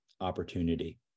opportunity